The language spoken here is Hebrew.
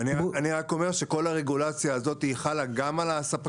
אני אומר שכל הרגולציה הזאת חלה גם על הספקים.